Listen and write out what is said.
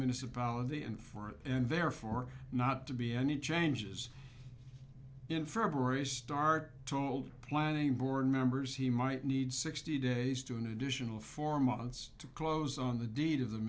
municipality and for it and therefore not to be any changes in february start told planning board members he might need sixty days do an additional four months to close on the deed of the